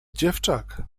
dziewczak